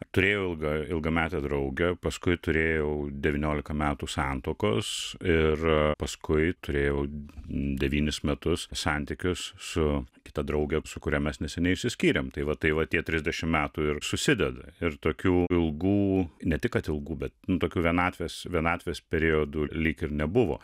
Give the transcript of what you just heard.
turėjau ilgą ilgametę draugę paskui turėjau devyniolika metų santuokos ir paskui turėjau devynis metus santykius su kita drauge su kuria mes neseniai išsiskyrėm tai va tai va tie trisdešimt metų ir susideda ir tokių ilgų ne tik kad ilgų bet tokių vienatvės vienatvės periodų lyg ir nebuvo